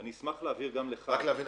ואני אשמח גם להבהיר לך -- רק להבין,